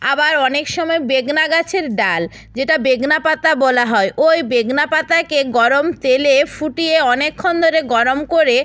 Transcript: আবার অনেক সময় বেগনা গাছের ডাল যেটা বেগনা পাতা বলা হয় ওই বেগনা পাতাকে গরম তেলে ফুটিয়ে অনেকক্ষণ ধরে গরম করে